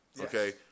okay